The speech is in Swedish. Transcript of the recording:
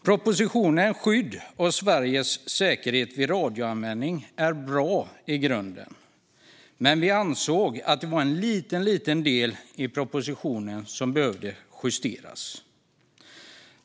Propositionen Skydd av Sveriges säkerhet vid radioanvändning är i grunden bra, men vi ansåg att det var en liten del i propositionen som behövde justeras.